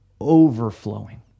overflowing